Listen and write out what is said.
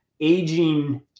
aging